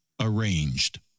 arranged